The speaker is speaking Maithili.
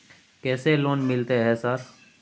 कैसे लोन मिलते है सर?